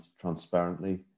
transparently